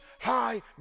high